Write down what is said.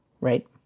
Right